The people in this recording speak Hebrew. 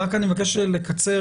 רק אני מבקש לקצר,